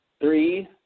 Three